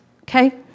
Okay